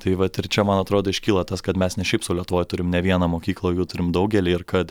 tai vat ir čia man atrodo iškyla tas kad mes ne šiaip sau lietuvoj turim ne vieną mokyklą o jų turim daugelį ir kad